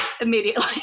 immediately